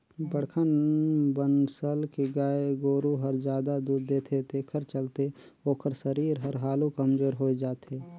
बड़खा बनसल के गाय गोरु हर जादा दूद देथे तेखर चलते ओखर सरीर हर हालु कमजोर होय जाथे